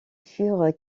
furent